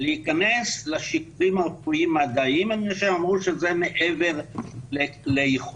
להיכנס לשיקולים הרפואיים המדעיים מפני שהם אמרו שזה מעבר ליכולתם,